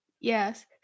Yes